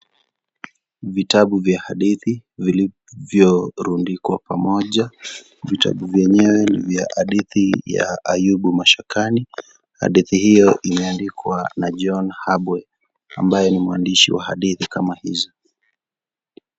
Vitabu vya hadithi vilivyo rundikwa pamoja vitabu vyenyewe ni vya hadithi ya Atubu Mashakani hadithi hiyo imeandikwa na John Habwe ambaye ni mwandishi wa hadithi kama hizo.